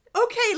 okay